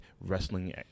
wrestling